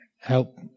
help